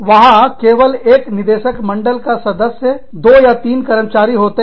वहां केवल एक निदेशक मंडल का सदस्य दो या तीन कर्मचारी होते हैं